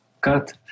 Cut